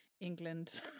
England